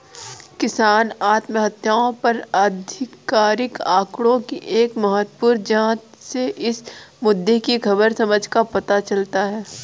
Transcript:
किसान आत्महत्याओं पर आधिकारिक आंकड़ों की एक महत्वपूर्ण जांच से इस मुद्दे की खराब समझ का पता चलता है